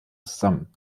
zusammen